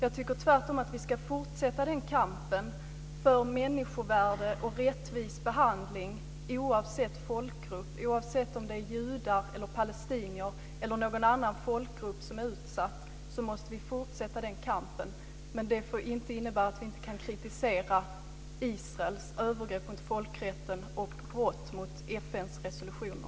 Jag tycker tvärtom att vi ska fortsätta kampen för människovärde och rättvis behandling oavsett folkgrupp. Oavsett om det är judar eller palestinier som är utsatta, eller någon annan folkgrupp, måste vi fortsätta den kampen. Men det får inte innebära att vi inte kan kritisera Israels övergrepp mot folkrätten och brott mot FN:s resolutioner.